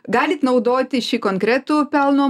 galit naudoti šį konkretų pelno